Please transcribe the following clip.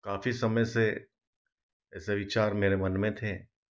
काफ़ी समय से ऐसे विचार मेरे मन में थे